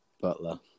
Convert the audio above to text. Butler